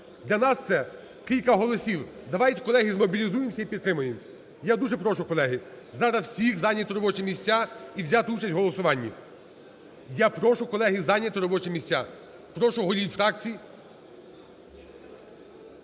Для нас – це кілька голосів. Давайте, колеги, змобілізуємося і підтримаємо. Я дуже прошу, колеги, зараз всіх зайняти робочі місця і взяти участь в голосуванні. Я прошу, колеги, зайняти робочі місця. Прошу голів фракцій...